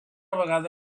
vegada